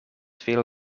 veel